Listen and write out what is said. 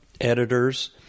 editors